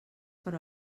per